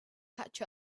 catch